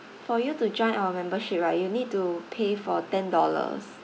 for you to join our membership right you need to pay for ten dollars